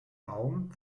baum